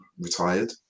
retired